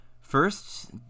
First